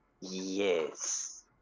Yes